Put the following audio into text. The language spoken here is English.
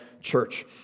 church